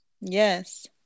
Yes